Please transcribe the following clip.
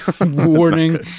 warning